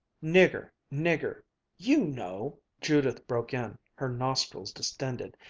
nigger nigger' you know judith broke in, her nostrils distended,